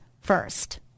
first